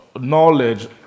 Knowledge